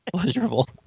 pleasurable